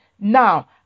Now